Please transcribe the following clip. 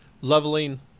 leveling